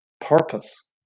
purpose